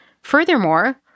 Furthermore